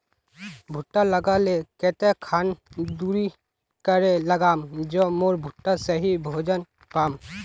भुट्टा लगा ले कते खान दूरी करे लगाम ज मोर भुट्टा सही भोजन पाम?